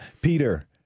Peter